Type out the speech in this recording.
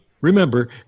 Remember